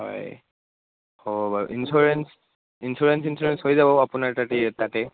হয় হ'ব বাৰু ইঞ্চুৰেঞ্চ ইঞ্চুৰেঞ্চ ইঞ্চুৰেঞ্চ হৈ যাব আপোনাৰ তাতে তাতে